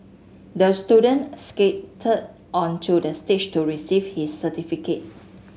the student skated onto the stage to receive his certificate